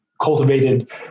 cultivated